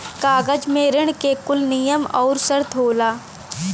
कागज मे ऋण के कुल नियम आउर सर्त होला